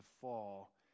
fall